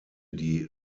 die